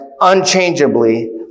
unchangeably